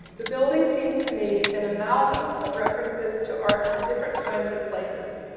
the building seems to me an amalgam of references to art from different times and places.